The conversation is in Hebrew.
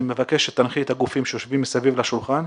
אני מבקש שתנחי את הגופים שיושבים מסביב לשולחן,